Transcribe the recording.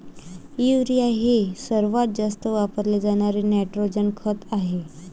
urea हे सर्वात जास्त वापरले जाणारे नायट्रोजन खत आहे